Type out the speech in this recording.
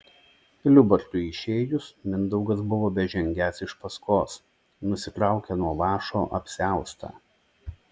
liubartui išėjus mindaugas buvo bežengiąs iš paskos nusitraukė nuo vąšo apsiaustą